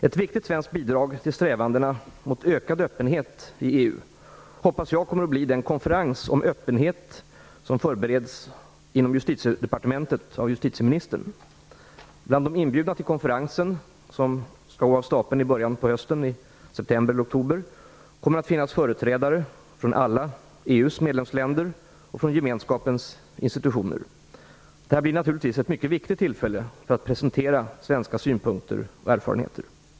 Ett viktigt svenskt bidrag till strävandena mot ökad öppenhet i EU hoppas jag kommer att bli den konferens om öppenhet som förbereds inom Justitiedepartementet av justitieministern. Bland de inbjudna till konferensen som skall gå av stapeln i början av hösten - i september eller oktober - kommer det att finnas företrädare från alla EU:s medlemsländer och från gemenskapens institutioner. Detta blir naturligtvis ett mycket viktigt tillfälle för att presentera svenska synpunkter och erfarenheter.